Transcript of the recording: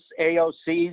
AOC's